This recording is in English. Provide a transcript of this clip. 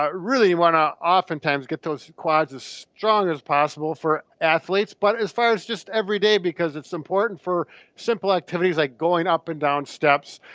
um really wanna, oftentimes, get those quads as strong as possible for athletes, but as far as just everyday because it's important for simple activities like going up and down steps,